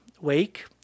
wake